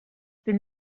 been